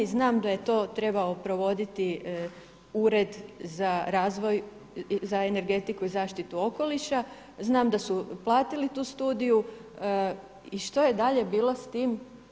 Znam da je to trebao provoditi Ured za energetiku i zaštitu okoliša, znam da su platili tu studiju i što je dalje bilo s tim?